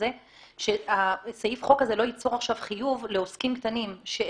לא ייצור חיוב לעוסקים קטנים לשלוח